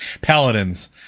Paladins